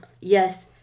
Yes